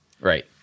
right